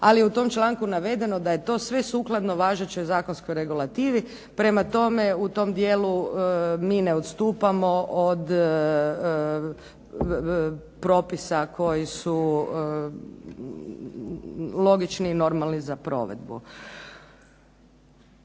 ali je u tom članku navedeno da je to sve sukladno važećoj zakonskoj regulativi. Prema tome, u tom dijelu mi ne odstupamo od propisa koji su logični i normalni za provedbu.